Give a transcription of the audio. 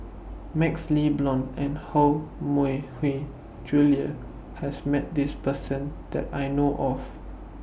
MaxLe Blond and Koh Mui Hiang Julie has Met This Person that I know of